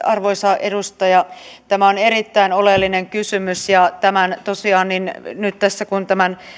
arvoisa edustaja tämä on erittäin oleellinen kysymys ja tosiaan nyt tässä kun tämän